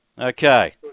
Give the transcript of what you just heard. Okay